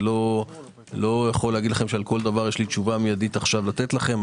לא יכול לומר לכם שעל כל דבר יש לי תשובה מיידית לתת לכם.